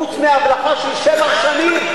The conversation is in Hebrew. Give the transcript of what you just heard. חוץ מהפסקה של שבע שנים.